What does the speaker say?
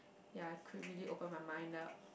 ya I could really open my mind up